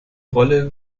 rolle